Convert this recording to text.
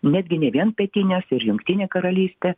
netgi ne vien pietinės ir jungtinė karalystė